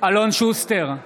אלון שוסטר,